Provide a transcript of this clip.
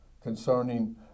concerning